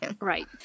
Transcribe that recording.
Right